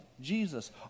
Jesus